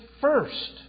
first